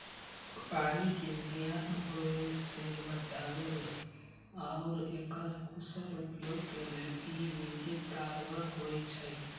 पानी के जीयान होय से बचाबे आऽ एकर कुशल उपयोग के लेल इ विधि कारगर होइ छइ